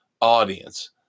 audience